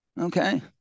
Okay